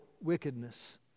wickedness